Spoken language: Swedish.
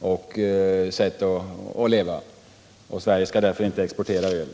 och sätt att leva och därför inte skall exportera öl.